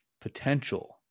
potential